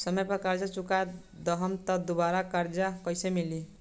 समय पर कर्जा चुका दहम त दुबाराकर्जा कइसे मिली?